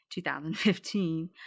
2015